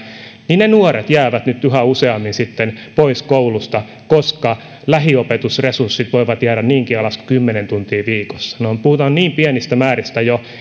jäävät nyt yhä useammin pois koulusta koska lähiopetusresurssit voivat jäädä niinkin alas kuin kymmeneen tuntiin viikossa puhutaan jo niin pienistä määristä